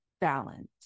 balance